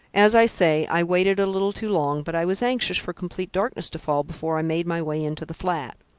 as i say, i waited a little too long but i was anxious for complete darkness to fall before i made my way into the flat.